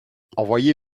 envoyer